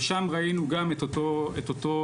ושם ראינו גם את אותו ממצא.